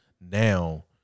now